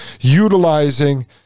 utilizing